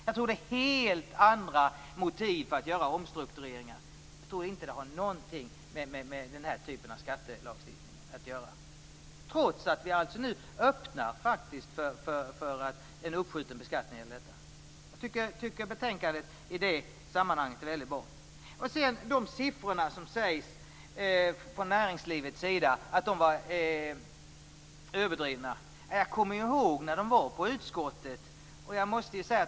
Det är helt andra motiv för att göra omstruktureringar. Det har inte någonting att göra med den här typen av skattelagstiftning, trots att vi öppnar för en uppskjuten beskattning. Betänkandet är i det sammanhanget bra. Det sägs att siffrorna från näringslivet är överdrivna. Jag kommer ihåg när de besökte utskottet.